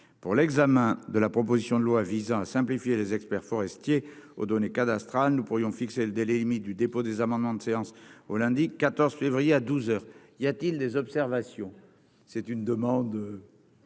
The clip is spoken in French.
pour l'examen de la proposition de loi visant à simplifier les experts forestiers aux données cadastrales nous pourrions fixer le délai limite du dépôt des amendements de séance au lundi 14. Février à 12 heures, y a-t-il des observations, c'est une demande.